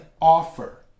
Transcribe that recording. offer